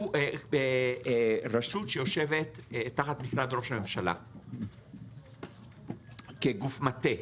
אנחנו רשות שיושבת תחת משרד ראש הממשלה, כגוף מטה.